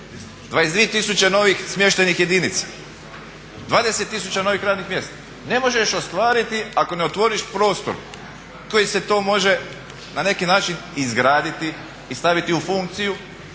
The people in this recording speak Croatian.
tisuće novih, smještenih jedinica, 20 tisuća novih radnih mjesta, ne možeš ostvariti ako ne otvoriš prostor kojim se to može na neki način izgraditi i staviti u funkciju.